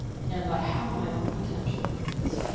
and i have my own potential and porpoise.